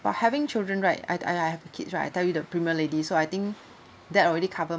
but having children right I I I have a kid right I tell you the premier lady so I think that already cover